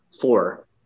four